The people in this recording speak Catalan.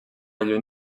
lluny